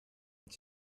such